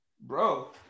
bro